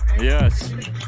Yes